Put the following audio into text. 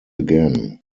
again